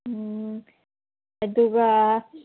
ꯑꯗꯨꯒ